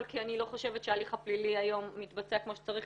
כי אני לא חושבת שההליך היום מתבצע כמו שצריך,